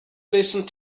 listen